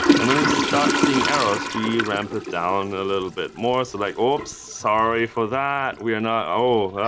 and when we start seeing errors, we ramp it down a little bit more. so like oops, sorry, for that, we are not oh,